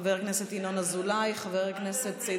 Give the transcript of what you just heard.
חבר הכנסת אריאל קלנר,